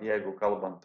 jeigu kalbant